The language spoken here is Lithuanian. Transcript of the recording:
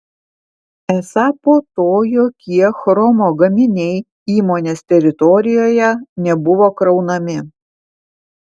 esą po to jokie chromo gaminiai įmonės teritorijoje nebuvo kraunami